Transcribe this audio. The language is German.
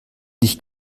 nicht